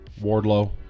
Wardlow